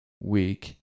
week